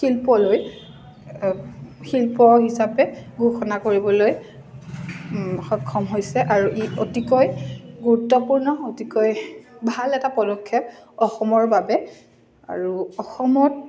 শিল্পলৈ শিল্প হিচাপে ঘোষণা কৰিবলৈ সক্ষম হৈছে আৰু ই অতিকৈ গুৰুত্বপূৰ্ণ অতিকৈ ভাল এটা পদক্ষেপ অসমৰ বাবে আৰু অসমত